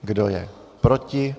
Kdo je proti?